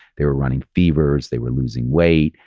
they were running fevers, they were losing weight,